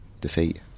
defeat